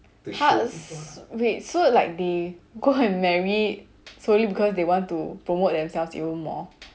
!huh! s~ wait so like they go and marry solely because they want to promote themselves even more